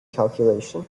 calculation